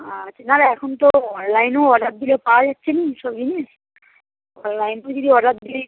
আচ্ছা না না এখন তো অনলাইনও অর্ডার দিলে পাওয়া যাচ্ছে না সব জিনিস অনলাইনও যদি অর্ডার দিই